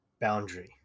boundary